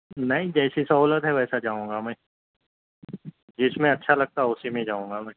نہیں جیسے سہولت ہے ویسا جاؤں گا میں جس میں اچھا لگتا ہو اسی میں جاؤں گا میں